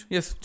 Yes